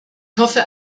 hoffe